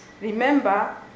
Remember